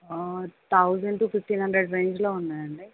thousand to fifteen hundred రేంజ్లో ఉన్నాయండి